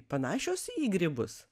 panašios į grybus